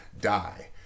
die